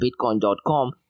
Bitcoin.com